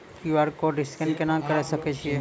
QR code scan केना करै सकय छियै?